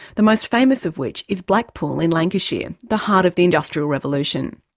the most famous of which is blackpool in lancashire, and the heart of the industrial revolution.